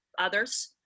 others